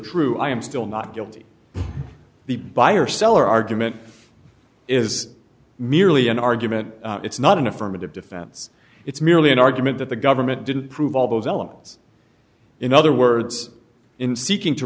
true i am still not guilty the buyer seller argument is merely an argument it's not an affirmative defense it's merely an argument that the government didn't prove all those elements in other words in seeking to